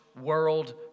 world